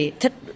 thích